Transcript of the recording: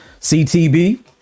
CTB